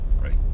right